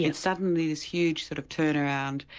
and suddenly this huge sort of turnaround,